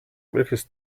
welches